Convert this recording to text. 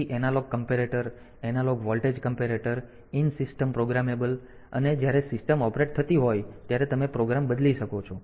તેથી પછી analogue comparator analogue voltage comparator in system programmable અને કે જ્યારે સિસ્ટમ ઓપરેટ થતી હોય ત્યારે તમે પ્રોગ્રામ બદલી શકો છો